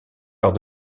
lors